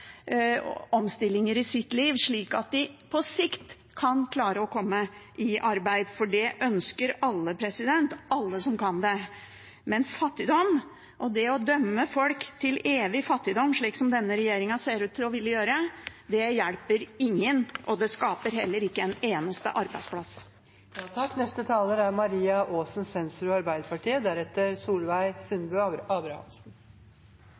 omstillinger i sitt liv, slik at de på sikt kan klare å komme i arbeid, for det ønsker alle – alle som kan det. Men fattigdom og det å dømme folk til evig fattigdom, slik denne regjeringen ser ut til å ville gjøre, hjelper ingen, og det skaper heller ikke en eneste arbeidsplass.